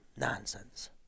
nonsense